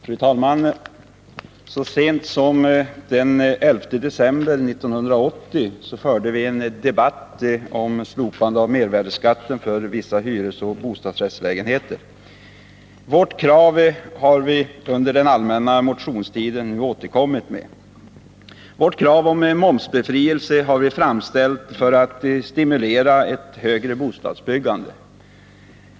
Fru talman! Så sent som den 11 december 1980 förde vi en debatt om slopande av mervärdeskatten för vissa hyresoch bostadsrättslägenheter. Vårt krav på ett slopande av denna skatt har vi under den allmänna motionstiden i år återkommit med. Vårt krav på momsbefrielse har vi framställt för att stimulera ett högre bostadsbyggande.